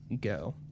go